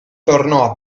tornò